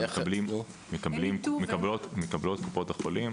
קופות החולים